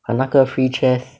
uh 那个 free chest